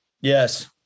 Yes